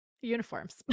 uniforms